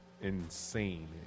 insane